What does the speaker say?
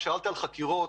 שאלת על חקירות: